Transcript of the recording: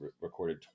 recorded